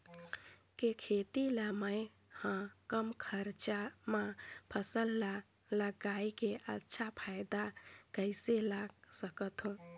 के खेती ला मै ह कम खरचा मा फसल ला लगई के अच्छा फायदा कइसे ला सकथव?